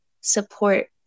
support